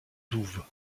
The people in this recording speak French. douves